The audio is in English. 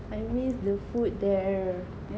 I miss the food there